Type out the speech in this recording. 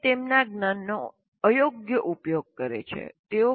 તેઓ તેમના જ્ઞાનનો અયોગ્ય ઉપયોગ કરે છે